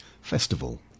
Festival